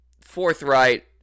forthright